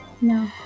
No